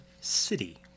City